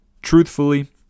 Truthfully